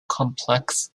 complex